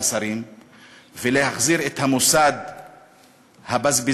מספר השרים ולהחזיר את המוסד הבזבזני,